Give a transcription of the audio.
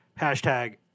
hashtag